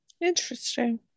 Interesting